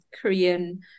Korean